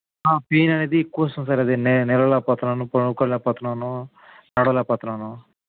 pain అనేది ఎక్కువ వస్తుంది సార్ అది నేను నిలవలేక పోత్నాను పడుకోలేకపోత్నాను నడవలేకపోత్నాను